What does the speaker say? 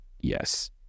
yes